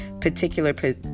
particular